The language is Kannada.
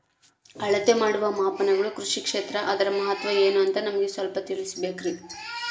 ಅಳತೆ ಮಾಡುವ ಮಾಪನಗಳು ಕೃಷಿ ಕ್ಷೇತ್ರ ಅದರ ಮಹತ್ವ ಏನು ಅಂತ ನಮಗೆ ಸ್ವಲ್ಪ ತಿಳಿಸಬೇಕ್ರಿ?